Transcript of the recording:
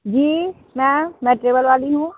जी ma'am मैं टेवल वाली हूॅं